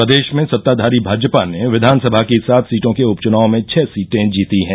प्रदेश में सत्ताधारी भाजपा ने विधानसभा की सात सीटों के उपचुनाव में छह सीटें जीती हैं